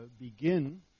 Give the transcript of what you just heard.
begin